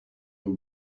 were